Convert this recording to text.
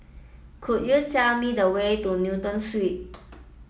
could you tell me the way to Newton Suites